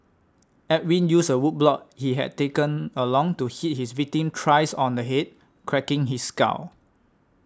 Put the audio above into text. Edwin used a wood block he had taken along to hit his victim thrice on the head cracking his skull